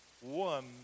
one